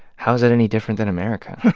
how is it any different than america.